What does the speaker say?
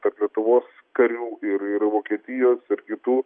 tarp lietuvos karių ir ir vokietijos ir kitų